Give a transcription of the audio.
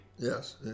Yes